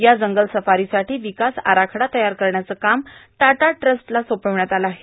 या जंगल सफारीसाठी विकास आराखडा तयार करण्याचं काम टाटा ट्रस्टला सोपविण्यात आलं आहे